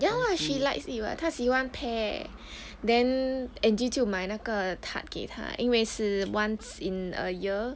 ya lah she likes eat [what] 它喜欢 pear then angie 就买那个 tart 给它因为是 once in a year